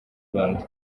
rwanda